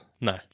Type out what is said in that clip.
no